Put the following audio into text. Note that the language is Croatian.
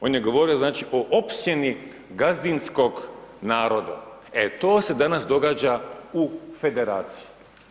On je govorio, znači, o opsjeni gazdinskog naroda, e to se danas događa u Federaciji.